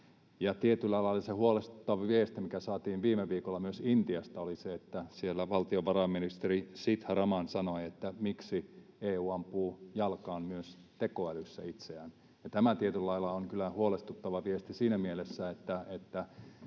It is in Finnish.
tietyllä lailla huolestuttava viesti, mikä saatiin viime viikolla myös Intiasta, oli se, kun siellä valtiovarainministeri Sitharaman sanoi, että miksi EU ampuu itseään jalkaan myös tekoälyssä. Tämä tietyllä lailla on kyllä huolestuttava viesti siinä mielessä, että